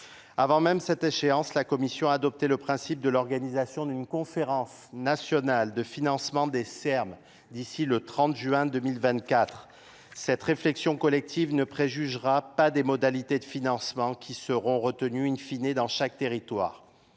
avant même de cette échéance la commission a adopté le principe de l'organisation d'une conférence nationale de financement des er ms d'ici le trente juin deux mille vingt quatre cette réflexion collective nee préjugera pas des modalités de financement qui seront retenues in fine dans chaque territoire